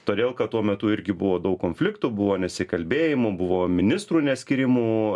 todėl kad tuo metu irgi buvo daug konfliktų buvo nesikalbėjimų buvo ministrų neskyrimų